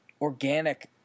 organic